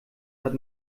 hat